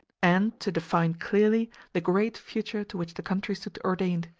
and to define clearly the great future to which the country stood ordained.